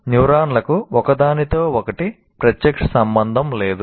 న్యూరాన్లకు ఒకదానితో ఒకటి ప్రత్యక్ష సంబంధం లేదు